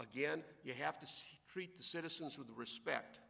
again you have to treat the citizens with the respect